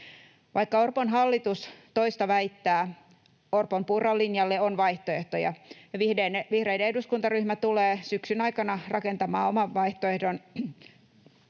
Vaikka Orpon hallitus toista väittää, Orpon—Purran-linjalle on vaihtoehtoja. Vihreiden eduskuntaryhmä tulee syksyn aikana rakentamaan oman vaihtoehdon,